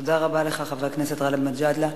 תודה רבה לך, חבר הכנסת גאלב מג'אדלה.